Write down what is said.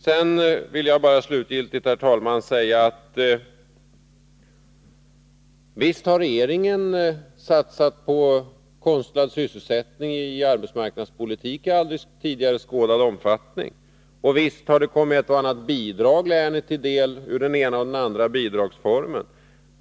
Slutligen vill jag säga att visst har regeringen i aldrig tidigare sådan omfattning satsat på konstlad sysselsättning genom arbetsmarknadspolitiken, och visst har ett och annat bidrag kommit länet till del ur den ena eller andra bidragsformen.